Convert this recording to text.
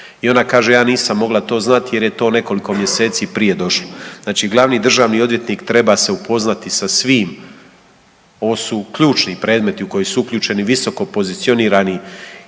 I ona kaže ja nisam to mogla znati jer je to nekoliko mjeseci prije došlo. Znači glavni državni odvjetnik treba se upoznati sa svim, ovo su ključni predmeti u koje su uključeni visokopozicionirani